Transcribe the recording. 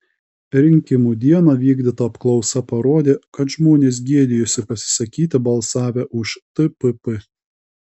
rinkimų dieną vykdyta apklausa parodė kad žmonės gėdijosi pasisakyti balsavę už tpp